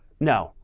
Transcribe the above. no.